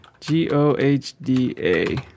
G-O-H-D-A